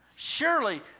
Surely